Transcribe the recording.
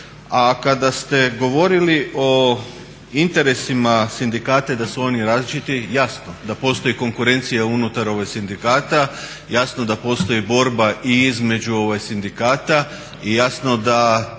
A kada ste govorili o interesima sindikata i da su oni različiti jasno da postoje konkurencije unutar sindikata, jasno da postoji borba i između sindikata, i jasno da